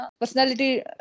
personality